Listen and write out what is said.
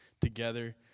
together